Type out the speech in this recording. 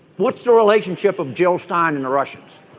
what's the relationship of jill stein and the russians